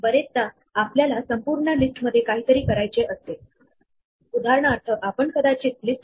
आतापर्यंत आपण अल्गोरिदम काही प्रमाणात डिटेल मध्ये पाहिले आहेत